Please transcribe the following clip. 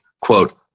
quote